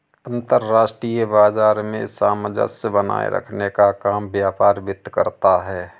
अंतर्राष्ट्रीय बाजार में सामंजस्य बनाये रखने का काम व्यापार वित्त करता है